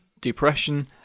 depression